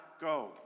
go